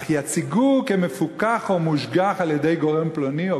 אך יציגוהו כ'מפוקח או מושגח על-ידי גורם פלוני',